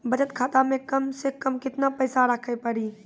बचत खाता मे कम से कम केतना पैसा रखे पड़ी?